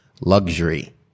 Luxury